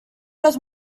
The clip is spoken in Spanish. los